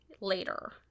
Later